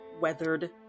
weathered